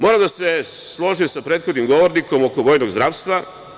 Moram da se složim sa prethodnim govornikom oko vojnog zdravstva.